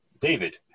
David